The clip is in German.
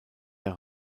der